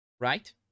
Right